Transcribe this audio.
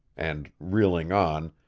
and, reeling on,